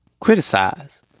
Criticize